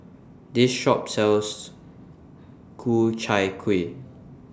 This Shop sells Ku Chai Kuih